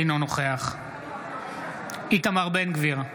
אינו נוכח איתמר בן גביר,